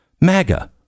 MAGA